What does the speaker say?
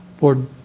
Lord